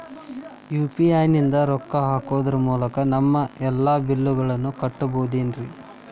UPI ನಿಂದ ರೊಕ್ಕ ಹಾಕೋದರ ಮೂಲಕ ನಮ್ಮ ಎಲ್ಲ ಬಿಲ್ಲುಗಳನ್ನ ಕಟ್ಟಬಹುದೇನ್ರಿ?